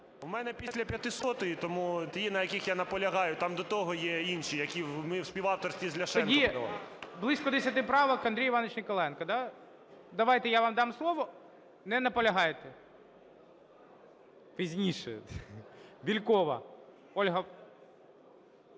У мене після 500-ї, ті, на яких я наполягаю, там до того є інші, які ми у співавторстві з Ляшенком подавали. ГОЛОВУЮЧИЙ. Тоді близько десяти правок Андрій Іванович Ніколаєнко, да? Давайте я вам дам слово. Не наполягаєте? Пізніше. Бєлькова Ольга.